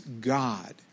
God